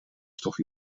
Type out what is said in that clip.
stof